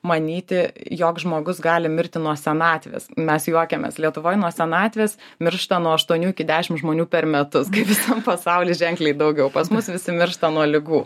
manyti jog žmogus gali mirti nuo senatvės mes juokiamės lietuvoj nuo senatvės miršta nuo aštuonių iki dešim žmonių per metus visam pasauly ženkliai daugiau pas mus visi miršta nuo ligų